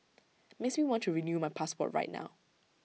makes me want to renew my passport right now